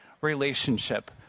relationship